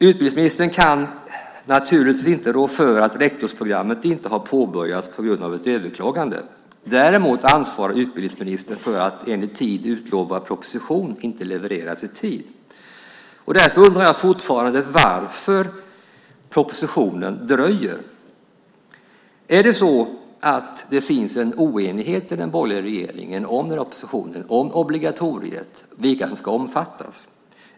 Utbildningsministern kan naturligtvis inte rå för att rektorsprogrammet på grund av ett överklagande inte har påbörjats. Däremot ansvarar utbildningsministern för att en vid viss tid utlovad proposition inte levereras i tid. Därför undrar jag fortfarande varför propositionen dröjer. Är det så att det finns en oenighet i den borgerliga regeringen om obligatoriet och om vilka som ska omfattas av det?